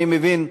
אני מבין,